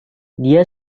dia